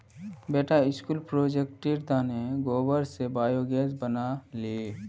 बेटा स्कूल प्रोजेक्टेर तने गोबर स बायोगैस बना ले